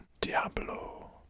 Diablo